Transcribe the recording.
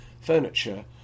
furniture